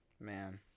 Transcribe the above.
Man